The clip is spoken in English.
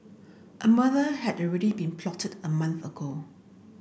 a murder had already been plotted a month ago